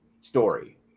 story